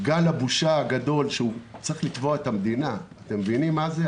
גל הבושה הגדול שהוא צריך לתבוע את המדינה אתם מבינים מה זה?